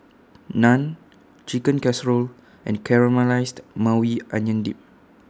Naan Chicken Casserole and Caramelized Maui Onion Dip